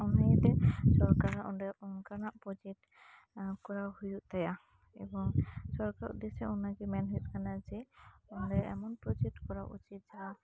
ᱚᱱᱟ ᱤᱭᱟᱹᱛᱮ ᱥᱚᱨᱠᱟᱨᱟᱜ ᱚᱸᱰᱮ ᱚᱱ ᱠᱟᱱᱟᱜ ᱯᱨᱚᱡᱮᱠᱴ ᱠᱚᱨᱟᱣ ᱦᱩᱭᱩᱜ ᱛᱟᱭᱟ ᱮᱵᱚᱝ ᱥᱚᱨᱠᱟᱨᱟᱜ ᱩᱫᱽᱫᱮᱥᱮ ᱚᱱᱟ ᱜᱮ ᱢᱮᱱ ᱦᱩᱭᱩᱜ ᱠᱟᱱᱟ ᱡᱮ ᱚᱸᱰᱮ ᱮᱢᱚᱱ ᱯᱨᱚᱡᱮᱠᱴ ᱠᱚᱨᱟᱣ ᱩᱪᱤᱛ ᱡᱟᱦᱟᱸ